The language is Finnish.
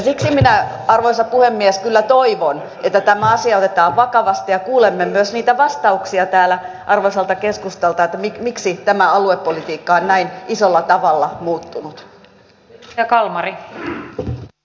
siksi minä arvoisa puhemies kyllä toivon että tämä asia otetaan vakavasti ja kuulemme myös niitä vastauksia täällä arvoisalta keskustalta miksi tämä aluepolitiikka on näin isolla tavalla muuttunut